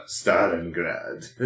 Stalingrad